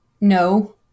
no